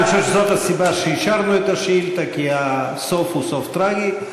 זאת הסיבה שאישרנו את השאילתה, כי הסוף הוא טרגי.